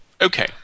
Okay